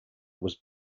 was